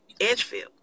Edgefield